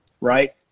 right